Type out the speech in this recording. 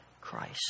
Christ